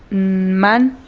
man,